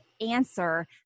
answer